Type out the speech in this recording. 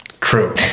True